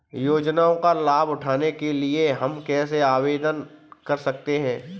योजनाओं का लाभ उठाने के लिए हम कैसे आवेदन कर सकते हैं?